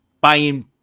buying